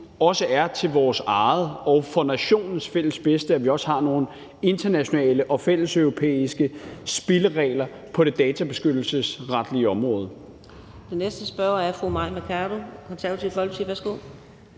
set til vores eget og til nationens fælles bedste, at vi også har nogle internationale og fælleseuropæiske spilleregler på det databeskyttelsesretlige område.